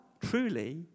truly